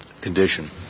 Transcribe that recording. condition